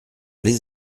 les